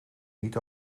niet